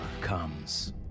comes